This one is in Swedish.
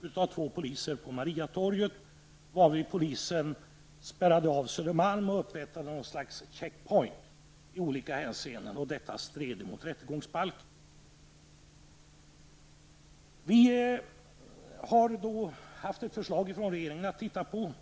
gjorde sig skyldig till. Polisen spärrade då av Södermalm och upprättade någon slags check-point och detta stred emot rättegångsbalken. Vi har nu i utskottet haft ett förslag från regeringen att titta på.